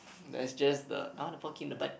there is just the I wanna the four king the butt